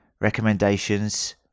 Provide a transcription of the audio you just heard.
recommendations